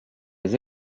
les